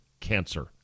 cancer